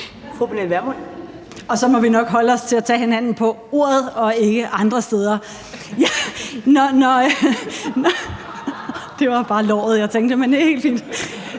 Så må vi nok holde os til at tage hinanden på ordet og ikke andre steder. Det var bare låret, jeg tænkte på – men det må